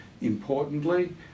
Importantly